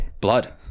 Blood